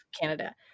Canada